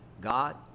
God